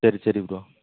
சரி சரி ப்ரோ